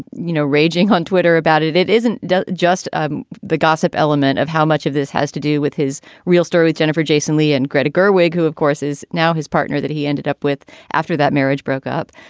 you know, raging on twitter about it. it isn't just ah the gossip element of how much of this has to do with his real story with jennifer jason leigh and greta gerwig, who, of course, is now his partner that he ended up with after that marriage broke up.